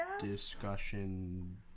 discussion